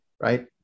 right